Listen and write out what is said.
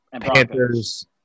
Panthers –